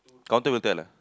counter will tell lah